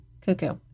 Cuckoo